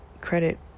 credit